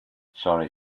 sorry